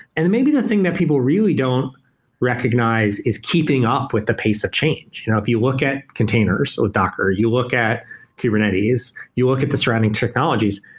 and maybe the thing that people really don't recognize is keeping up with the pace of change. you know if you look at containers, so docker, you look at kubernetes, you look at the surrounding technologies,